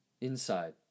Inside